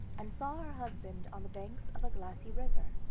and saw her husband on the banks of a glassy river,